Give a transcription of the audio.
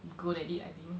good at it I think